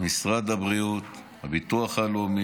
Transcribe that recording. משרד הבריאות, הביטוח הלאומי,